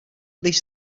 least